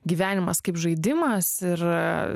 gyvenimas kaip žaidimas ir